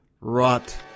Rot